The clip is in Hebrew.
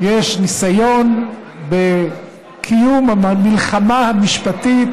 יש ניסיון בקיום המלחמה המשפטית